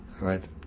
right